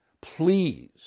please